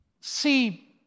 See